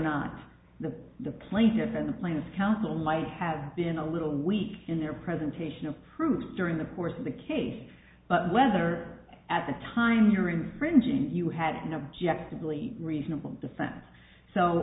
not the the plane here from the plane is council might have been a little weak in their presentation of truth during the course of the case but whether at the time you're imprinting you had no objection really reasonable defense so